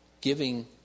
giving